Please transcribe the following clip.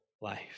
life